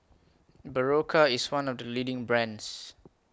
Berocca IS one of The leading brands